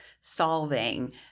solving